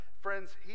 friends